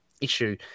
issue